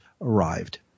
arrived